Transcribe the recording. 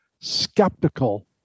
skeptical